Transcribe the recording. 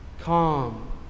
Calm